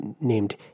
named